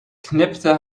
knipte